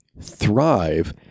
thrive